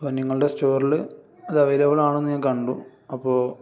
അപ്പം നിങ്ങളുടെ സ്റ്റോറിൽ അത് അവൈലബിളാണെന്ന് ഞാൻ കണ്ടു അപ്പോൾ